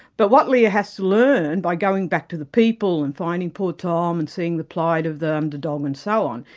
but what lear has to learn by going back to the people and finding poor tom and seeing the plight of the underdog and um and so on,